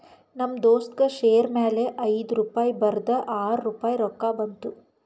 ನಮ್ ದೋಸ್ತಗ್ ಶೇರ್ ಮ್ಯಾಲ ಐಯ್ದು ರುಪಾಯಿ ಬರದ್ ಆರ್ ರುಪಾಯಿ ರೊಕ್ಕಾ ಬಂತು